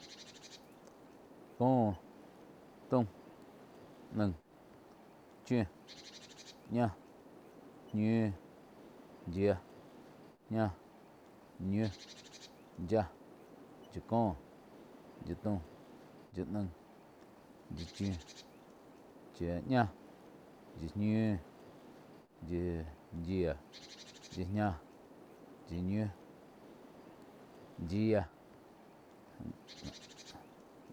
Có, taum, naih, chiu, ñáh, ñiu, yiá, ñah, ñiu, yáh, yáh có, yáh taum, yáh naih, yáh chiu, yia ñáh, yia ñiu, yia yia, yia ñah, yia ñiu, yia.